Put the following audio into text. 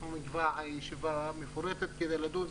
אנחנו נקבע ישיבה מפורטת כדי לדון.